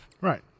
Right